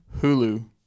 Hulu